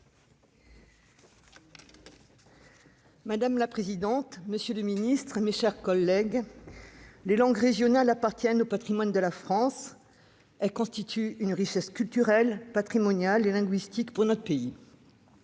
Madame la présidente, monsieur le ministre, mes chers collègues, les langues régionales appartiennent au patrimoine de la France. Elles constituent une richesse culturelle, patrimoniale et linguistique pour notre pays.